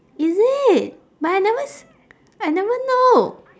is it but I never s~ I never know